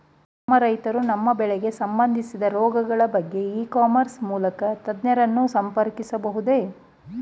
ನಮ್ಮ ರೈತರು ತಮ್ಮ ಬೆಳೆಗೆ ಸಂಬಂದಿಸಿದ ರೋಗಗಳ ಬಗೆಗೆ ಇ ಕಾಮರ್ಸ್ ಮೂಲಕ ತಜ್ಞರನ್ನು ಸಂಪರ್ಕಿಸಬಹುದೇ?